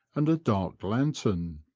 and a dark lantern.